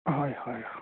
হয় হয়